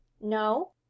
No